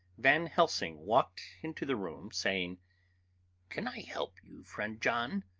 van helsing walked into the room, saying can i help you, friend john?